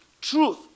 truth